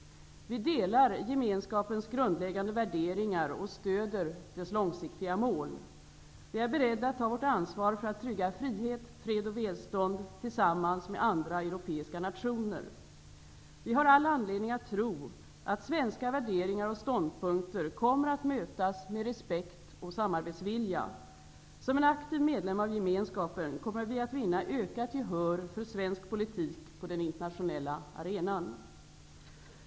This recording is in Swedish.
Vi delar Gemenskapens grundläggande värderingar och stöder dess långsiktiga mål. Vi är beredda att ta vårt ansvar för att trygga frihet, fred och välstånd tillsammans med andra europeiska nationer. Vi har all anledning att tro att svenska värderingar och ståndpunkter kommer att mötas med respekt och samarbetsvilja. Som en aktiv medlem av Gemenskapen kommer vi att vinna ökat gehör för svensk politik på den internationella arenan.